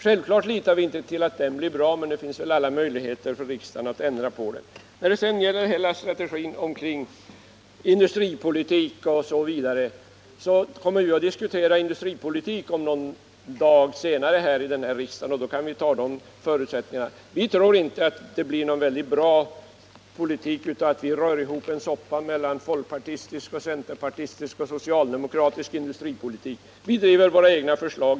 Självfallet litar vi inte på att den blir bra, men det finns alla möjligheter för riksdagen att ändra på den. När det sedan gäller strategin för industripolitiken så kommer vi ju att diskutera den om några dagar här i riksdagen, och då kan vi tala om förutsättningarna. Vi tror inte att dagens beslut leder till någon väldigt bra politik — man rör ihop en soppa av folkpartistisk och centerpartistisk industripolitik, och vi driver våra egna förslag.